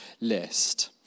list